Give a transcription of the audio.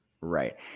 Right